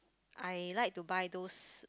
I like to buy those